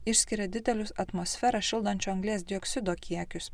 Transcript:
išskiria didelius atmosferą šildančio anglies dioksido kiekius